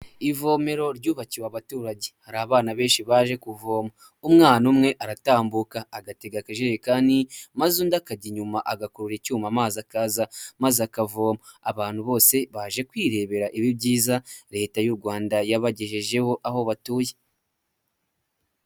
Ivomero ryubakiwe abaturage. Hari abana benshi baje kuvoma. Umwana umwe aratambuka agatega akajerekani, maze undi akajya inyuma agakurura icyuma amazi akaza maze akavoma. Abantu bose baje kwirebera ibi byiza leta y'u Rwanda yabagejejeho aho batuye.